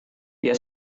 dia